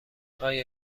آیا